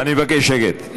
אני מבקש שקט.